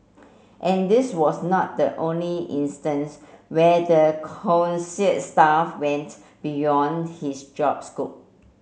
and this was not the only instance where the staff went beyond his job scope